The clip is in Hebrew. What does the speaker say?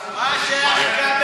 היית כשמישהו אכל את הראש למישהו אחר?